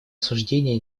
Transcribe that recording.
осуждения